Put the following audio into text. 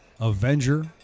Avenger